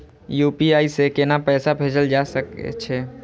UPI से केना पैसा भेजल जा छे?